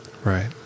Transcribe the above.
Right